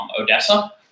Odessa